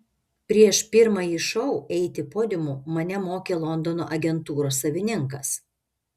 prieš pirmąjį šou eiti podiumu mane mokė londono agentūros savininkas